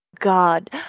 God